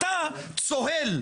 אתה צוהל.